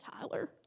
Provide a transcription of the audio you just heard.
Tyler